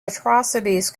atrocities